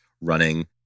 running